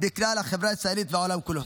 בכלל החברה הישראלית והעולם כולו.